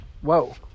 Whoa